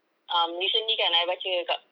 um recently kan I baca kat